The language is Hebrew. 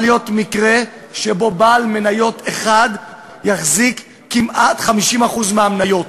להיות מקרה שבו בעל מניות אחד יחזיק כמעט 50% מהמניות,